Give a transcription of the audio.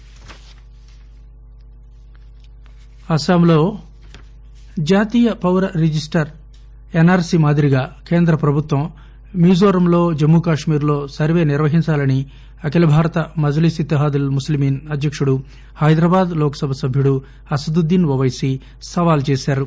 MIM అస్పాంలో జాతీయ పౌర రిజిష్టర్ ఎస్ఆర్సి మాదిరిగా కేంద్రప్రభుత్వం మిజోరంలో జమ్మూ కాశ్మీర్లో సర్వే నిర్వహించాలని అఖిల భారత మజ్లిస్ ఇత్తేహాదుల్ ముస్లిమీస్ అధ్యక్తుడు హైదరాబాద్ లోక్సభ సభ్యుడు అసదుద్దీన్ ఓపైసీ సవాల్ విసిరారు